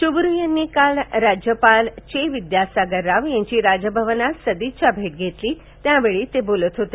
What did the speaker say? चुबुरू यांनी काल राज्यपाल चे विद्यासागर राव यांची राजभवनात सदिच्छा भेट घेतली त्यावेळी ते बोलत होते